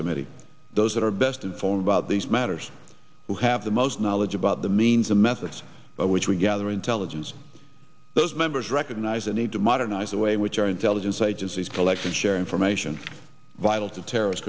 committee those that are best informed about these matters who have the most knowledge about the means the methods by which we gather intelligence those members recognize the need to modernize the way in which our intelligence agencies collection share information vital to terrorist